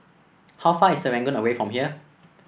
how far is Serangoon away from here